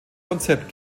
konzept